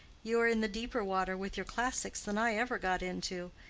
you are in the deeper water with your classics than i ever got into,